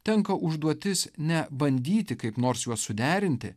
tenka užduotis ne bandyti kaip nors juos suderinti